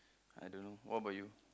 I don't know what about you